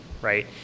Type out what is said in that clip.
right